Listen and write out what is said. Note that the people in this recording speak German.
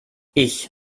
ich